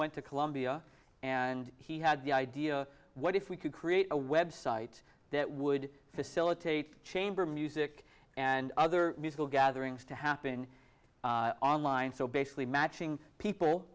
went to columbia and he had the idea what if we could create a website that would facilitate chamber music and other musical gatherings to happen online so basically matching people